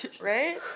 right